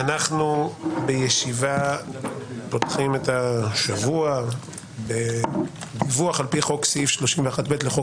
אנחנו פותחים את השבוע בדיווח על פי חוק סעיף 31ב לחוק